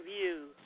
view